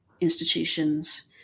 institutions